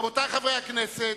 רבותי חברי הכנסת,